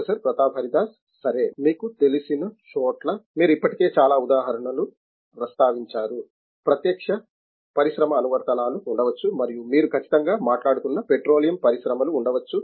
professor Pratap Haridas సరే మీకు తెలిసిన చోట్ల మీరు ఇప్పటికే చాలా ఉదాహరణలు ప్రస్తావించారు ప్రత్యక్ష పరిశ్రమ అనువర్తనాలు ఉండవచ్చు మరియు మీరు ఖచ్చితంగా మాట్లాడుతున్న పెట్రోలియం పరిశ్రమలు ఉండవచ్చు